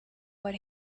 what